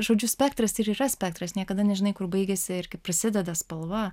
žodžiu spektras ir yra spektras niekada nežinai kur baigiasi ir prisideda spalva